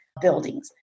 buildings